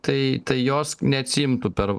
tai tai jos neatsiimtų per